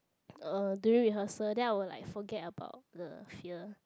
uh during rehearsal then I will like forget about the fear